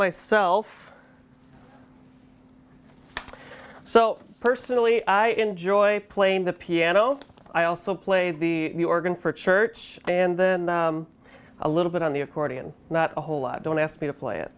myself so personally i enjoy playing the piano i also play the organ for church and then a little bit on the accordion not a whole lot don't ask me to play it